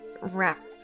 wrap